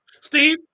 Steve